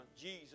Jesus